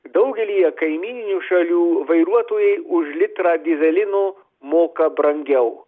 daugelyje kaimyninių šalių vairuotojai už litrą dyzelino moka brangiau